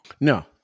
No